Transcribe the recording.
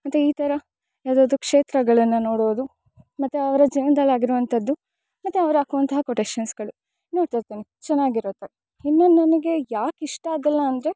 ಮತ್ತು ಇತರ ಯಾವುದಾದ್ರು ಕ್ಷೇತ್ರಗಳನ್ನು ನೊಡೋದು ಮತ್ತು ಅವರ ಜೀವನ್ದಲ್ಲಿ ಆಗಿರೋವಂಥದ್ದು ಮತ್ತು ಅವ್ರು ಹಾಕ್ವಂತಹ ಕೊಟೇಶನ್ಸ್ಗಳು ನೊಡ್ತಿರ್ತಿನಿ ಚೆನ್ನಾಗ್ ಇರುತ್ತೆಿ ಇನ್ನೊಂದ್ ನನಗೆ ಯಾಕೆ ಇಷ್ಟ ಆಗೊಲ್ಲ ಅಂದರೆ